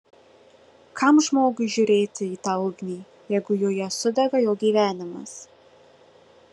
kam žmogui žiūrėti į tą ugnį jeigu joje sudega jo gyvenimas